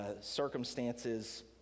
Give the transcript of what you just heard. circumstances